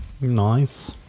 Nice